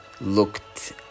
looked